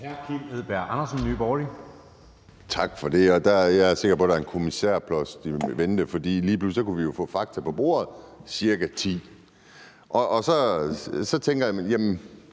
17:37 Kim Edberg Andersen (NB): Tak for det. Jeg er sikker på, at der er en kommissærpost i vente, for lige pludselig kunne vi få fakta på bordet – der er tale om ca.